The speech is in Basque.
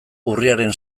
urriaren